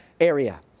area